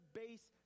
base